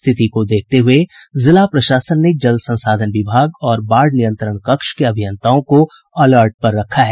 स्थिति को देखते हुये जिला प्रशासन ने जल संसाधन विभाग और बाढ़ नियंत्रण कक्ष के अभियंताओं को अलर्ट पर रखा है